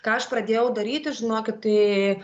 ką aš pradėjau daryti žinokit tai